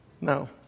No